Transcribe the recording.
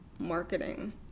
marketing